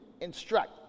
instruct